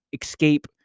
escape